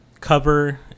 cover